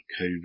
Covid